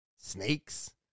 Snakes